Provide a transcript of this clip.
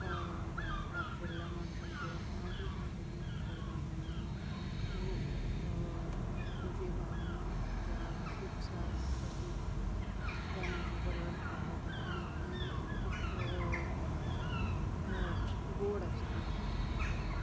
लागशिल्ल्या मनशांक किंवां कोणाकूय जेन्ना तूं गिफ्ट करता तेन्ना तूं तुजी भावना त्या गिफ्ट्सा प्रती त्या मनशा पर्यंत पावयता आनी ती खूब गोड आसता